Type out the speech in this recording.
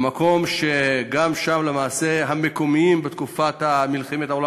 במקום שבו המקומיים בתקופת מלחמת העולם